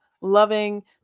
loving